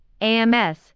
AMS